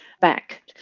back